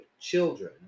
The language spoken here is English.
children